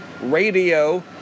Radio